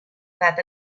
edat